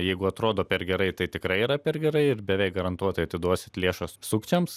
jeigu atrodo per gerai tai tikrai yra per gerai ir beveik garantuotai atiduosit lėšas sukčiams